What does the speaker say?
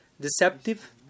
deceptive